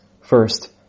First